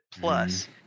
Plus